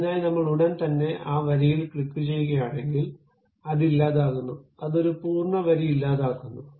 അതിനായി നമ്മൾ ഉടൻ തന്നെ ആ വരിയിൽ ക്ലിക്കുചെയ്യുകയാണെങ്കിൽ അത് ഇല്ലാതാക്കുക അത് ഒരു പൂർണ്ണ വരി ഇല്ലാതാക്കുന്നു